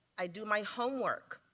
i do my homework.